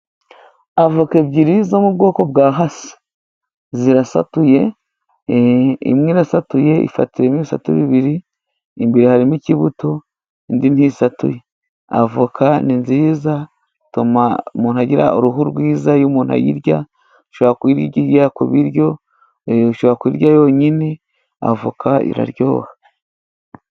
Avoka ebyiri zo mu bwoko bwa Hasa zirasatuye, imwe irasatuye ifite imisatu ibiri, imbere harimo ikibuto, indi ntisatuye. Avoka ni nziza zituma umuntu agira uruhu rwiza iyo umuntu ayirya. Ushobora kuyirya ku biryo, ushobora kuyirya yonyine, avoka iraryoha.